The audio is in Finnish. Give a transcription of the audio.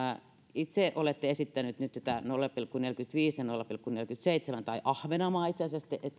itse olette esittänyt tätä nolla pilkku neljäkymmentäviisi ja nolla pilkku neljäkymmentäseitsemän tai ahvenanmaa itse asiassa ei